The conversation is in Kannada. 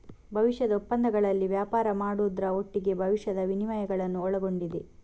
ಭವಿಷ್ಯದ ಒಪ್ಪಂದಗಳಲ್ಲಿ ವ್ಯಾಪಾರ ಮಾಡುದ್ರ ಒಟ್ಟಿಗೆ ಭವಿಷ್ಯದ ವಿನಿಮಯಗಳನ್ನ ಒಳಗೊಂಡಿದೆ